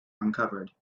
uncovered